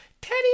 Teddy